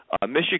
Michigan